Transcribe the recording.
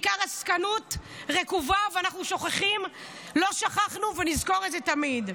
בעיקר עסקנות רקובה, לא שכחנו, ונזכור את זה תמיד.